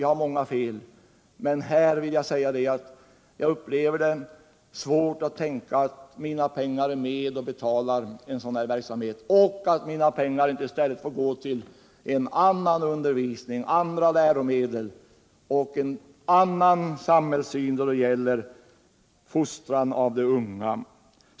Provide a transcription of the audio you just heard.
Jag har många fel, men jag har svårt att tänka mig att mina pengar är med och betalar en sådan här verksamhet och inte i stället får gå till en annan undervisning, till andra läromedel och till en annan samhällssyn då det gäller fostran av de unga.